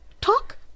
Talk